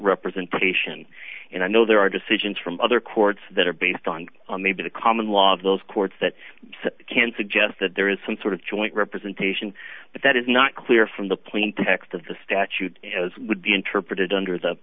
representation and i know there are decisions from other courts that are based on on maybe the common law of those courts that can suggest that there is some sort of joint representation but that is not clear from the plain text of the statute as would be interpreted under th